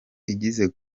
igeze